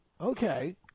Okay